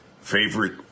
Favorite